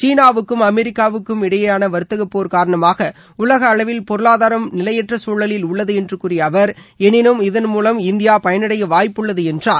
சீனாவுக்கும் அமெரிக்காவும் இடையேயாள வர்த்தக போர் காரணமாக உலக அளவில் பொருளாதாரம் நிலையற்ற சூழலில் உள்ளது என்று கூறிய அவர் எனினும் இதன் மூலம் இந்தியா பயனடைய வாய்ப்புள்ளது என்றார்